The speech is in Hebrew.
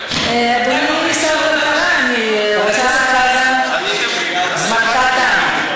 תודה רבה, חבר הכנסת חזן, זמנך תם.